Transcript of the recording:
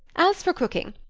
as for cooking,